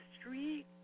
Street